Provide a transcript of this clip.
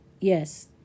Yes